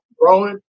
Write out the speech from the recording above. growing